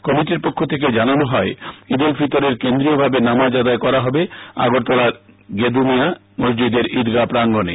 কমিটির পক্ষ থেকে জানানো হয় ঈদ উল ফিতরের কেন্দ্রীয়ভাবে নামাজ আদায় করা হবে আগরতলায় গেদুঁমিয়া মসজিদের ঈদগা প্রাঙ্গণে